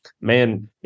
man